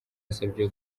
yasabwe